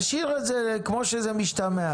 תשאיר את זה כמו שזה משתמע.